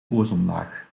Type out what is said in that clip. ozonlaag